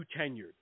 tenured